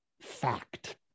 fact